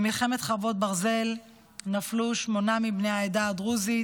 במלחמת חרבות ברזל נפלו שמונה מבני העדה הדרוזית